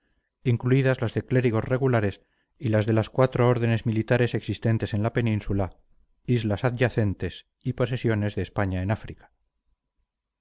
inclusas las de clérigos regulares y las de las cuatro ordenes militares existentes en la península islas adyacentes y posesiones de españa en áfrica